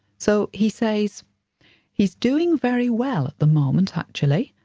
so he says he's doing very well at the moment actually.